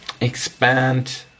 expand